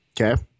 okay